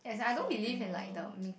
for dinner